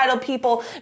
people